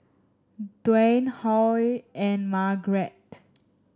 Dwan Huy and Margrett